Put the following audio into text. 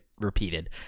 repeated